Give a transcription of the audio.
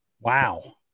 wow